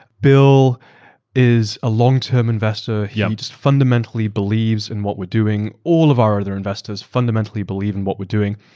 bill is a long-term investor. he, um just fundamentally believes in what we're doing. all of our other investors fundamentally believe in what we're doing.